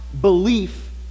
belief